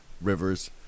Rivers